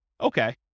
Okay